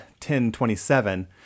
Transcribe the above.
10.27